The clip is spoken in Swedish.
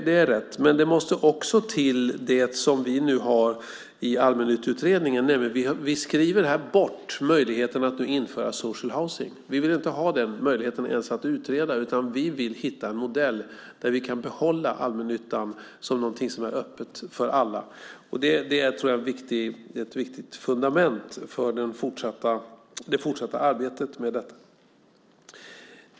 Det är rätt. Men det måste också till det som vi nu har i Utredningen om allmännyttans villkor. Vi skriver bort möjligheten att införa social housing . Vi vill inte ens utreda den möjligheten. Vi vill hitta en modell där vi kan behålla allmännyttan som något som är öppet för alla. Det är ett viktigt fundament för det fortsatta arbetet med detta.